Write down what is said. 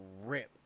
rip